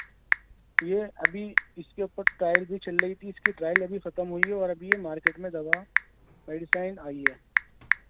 یہ ابھی اس کے اوپر ٹرائل بھی چھل رہی تھی اس کی ٹائل ابھی ختم ہوئی ہے اور ابھی یہ مارکیٹ میں دوا میڈیسائن آئی ہے